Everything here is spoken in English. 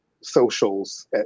socials